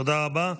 תודה רבה.